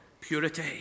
purity